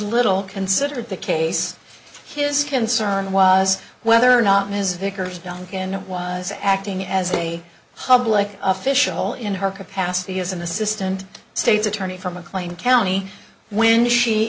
little considered the case his concern was whether or not ms vickers duncan who was acting as a public official in her capacity as an assistant state's attorney for mcclain county when she